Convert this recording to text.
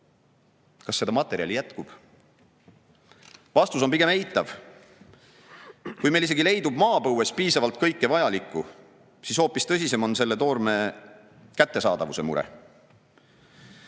Kas seda materjali jätkub? Vastus on pigem eitav. Kui meil isegi leidub maapõues piisavalt kõike vajalikku, siis hoopis tõsisem on selle toorme kättesaadavuse mure.